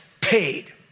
paid